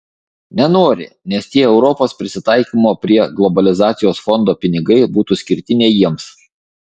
nenori nes tie europos prisitaikymo prie globalizacijos fondo pinigai būtų skirti ne jiems